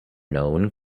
known